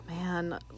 man